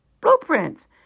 blueprints